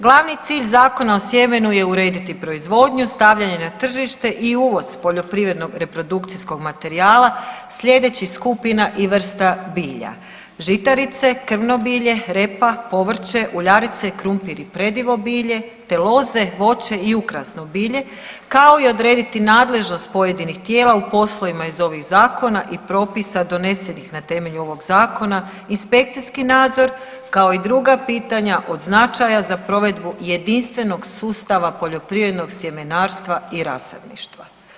Glavni cilj Zakona o sjemenu je urediti proizvodnju, stavljanje na tržište i uvoz poljoprivrednog reprodukcijskog materijala slijedećih skupina i vrsta bilja, žitarice, krmno bilje, repa, povrće, uljarice, krumpir i predivo bilje, te loze, voće i ukrasne bilje kao i odrediti nadležnost pojedinih tijela u poslovima iz ovih zakona i propisima donesenih na temelju ovog zakona, inspekcijski nadzor kao i druga pitanja od značaja za provedbu jedinstvenog sustava poljoprivrednog sjemenarstva i rasadništva.